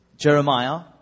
Jeremiah